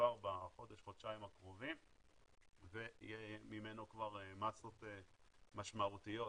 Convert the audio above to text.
כבר בחודש-חודשיים הקרובים ויהיו ממנו כבר מסות משמעותיות,